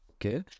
Okay